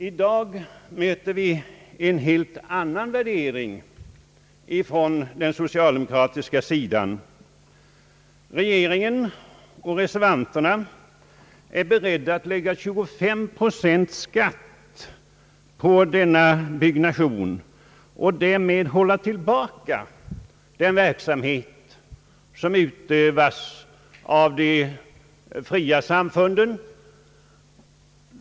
I dag möter vi en helt annan värdering från socialdemokraterna. Regeringen och reservanterna är beredda att lägga 25 procents skatt på den kyrkliga byggnationen och därmed hålla tillbaka den verksamhet som utövas av de fria samfunden.